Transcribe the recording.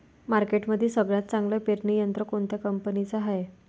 मार्केटमंदी सगळ्यात चांगलं पेरणी यंत्र कोनत्या कंपनीचं हाये?